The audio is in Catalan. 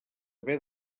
haver